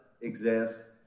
exist